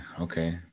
Okay